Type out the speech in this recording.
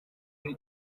gihe